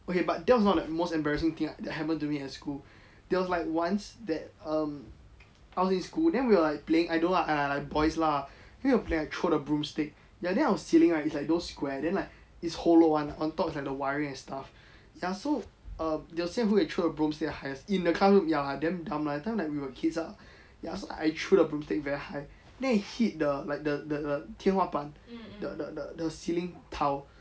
okay but that was not like the most embarrassing thing that happened to me at school there was like once that um I was in school then we were like playing I know lah I like like boys lah then we throw the broomstick ya then our ceiling right it's like those square then like it's hollow one ah on top it's like the wiring and stuff ya so um there we say who can throw the brooms the highest in the classroom ya lah damn dumb lah that time like we were kids ah ya so I throw the broomstick very high then it hit the like the the 天花板 the the the ceiling tile